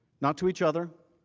not to each other